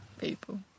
people